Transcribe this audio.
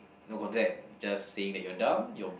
no content just saying that you're dumb you're